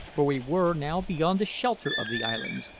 for we were now beyond the shelter of the islands,